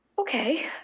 Okay